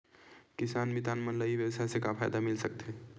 किसान मितान मन ला ई व्यवसाय से का फ़ायदा मिल सकथे?